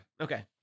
Okay